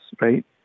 right